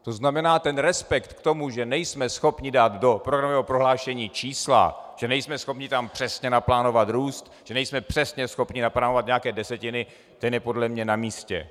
To znamená, ten respekt k tomu, že nejsme schopni dát do programového prohlášení čísla, že nejsme schopni tam přesně naplánovat růst, že nejsme přesně schopni naplánovat nějaké desetiny, ten je podle mě namístě.